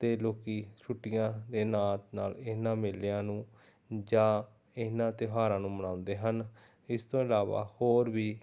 ਅਤੇ ਲੋਕ ਛੁੱਟੀਆਂ ਦੇ ਨਾਲ ਨਾਲ ਇਹਨਾਂ ਮੇਲਿਆਂ ਨੂੰ ਜਾਂ ਇਹਨਾਂ ਤਿਉਹਾਰਾਂ ਨੂੰ ਮਨਾਉਂਦੇ ਹਨ ਇਸ ਤੋਂ ਇਲਾਵਾ ਹੋਰ ਵੀ